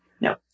No